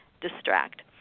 distract